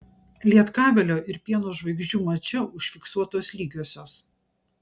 lietkabelio ir pieno žvaigždžių mače užfiksuotos lygiosios